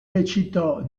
recitò